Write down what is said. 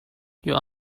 your